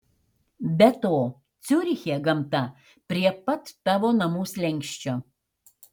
be to ciuriche gamta prie pat tavo namų slenksčio